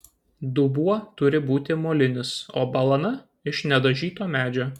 dubuo turi būti molinis o balana iš nedažyto medžio